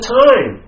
time